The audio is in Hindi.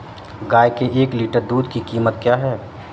गाय के एक लीटर दूध की कीमत क्या है?